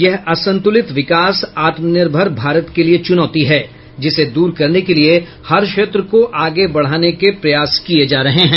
यह असंतुलित विकास आत्मनिर्भर भारत के लिये चुनौती है जिसे दूर करने के लिये हर क्षेत्र को आगे बढ़ाने के प्रयास किये जा रहे हैं